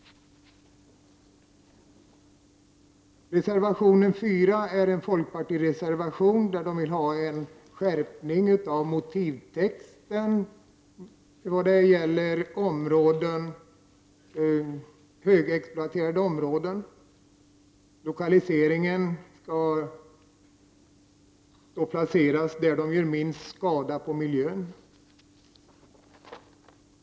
Reservation 4 är en folkpartireservation, där man vill ha en skärpning av motivtexten, särskilt vad gäller högexploaterade områden. Lokalisering skall ske där den gör minst skada på miljön.